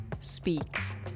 speaks